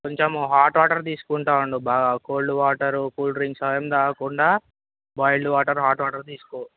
కొంచెం hot water తీసుకుంటా ఉండు బాగా కోల్డ్ వాటరు కూల్ డ్రింక్స్ అవేమి తాగకుండా బాయిల్డ్ వాటర్ హాట్ వాటర్ తీసుకో